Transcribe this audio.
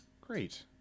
Great